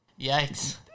Yikes